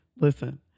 Listen